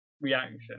Reaction